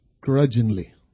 grudgingly